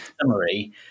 summary